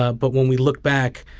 ah but when we look back,